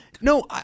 No